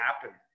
happen